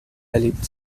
erlebt